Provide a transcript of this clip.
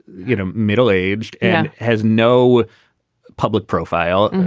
you know, middle aged and has no public profile.